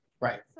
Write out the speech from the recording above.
Right